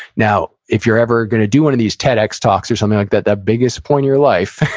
now, if you're ever going to do one of these tedx talks talks or something like that, that biggest point your life,